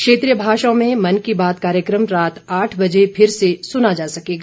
क्षेत्रीय भाषाओं में मन की बात कार्यक्रम रात आठ बजे फिर से सुना जा सकेगा